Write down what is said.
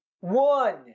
one